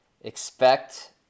expect